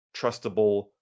trustable